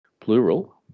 plural